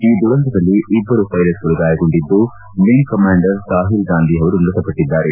ಈ ದುರಂತದಲ್ಲಿ ಇಬ್ಬರು ಷ್ಟೆಲಟ್ಗಳು ಗಾಯಗೊಂಡಿದ್ದು ವಿಂಗ್ ಕಮಾಂಡರ್ ಸಾಹಿಲ್ ಗಾಂಧಿ ಅವರು ಮೃತಪಟ್ಟಿದ್ದಾರೆ